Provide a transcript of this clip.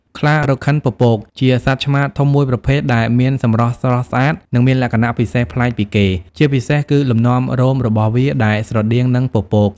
ខ្លារខិនពពក ជាសត្វឆ្មាធំមួយប្រភេទដែលមានសម្រស់ស្រស់ស្អាត និងមានលក្ខណៈពិសេសប្លែកពីគេ ជាពិសេសគឺលំនាំរោមរបស់វាដែលស្រដៀងនឹងពពក